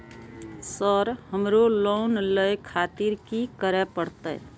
Sir हमरो loan ले खातिर की करें परतें?